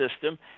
system